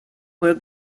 where